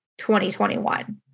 2021